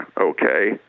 okay